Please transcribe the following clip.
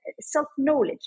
self-knowledge